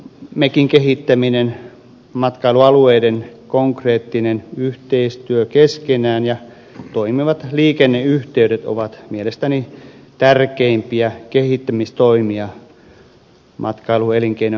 mekin kehittäminen matkailualueiden konkreettinen yhteistyö keskenään ja toimivat liikenneyhteydet ovat mielestäni tärkeimpiä kehittämistoimia matkailuelinkeinon edistämisessä